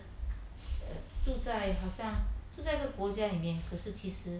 住在好像住在个国家里面可是其实